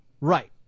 Right